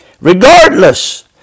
Regardless